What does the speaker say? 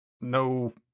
no